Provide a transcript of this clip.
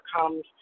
comes